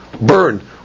Burn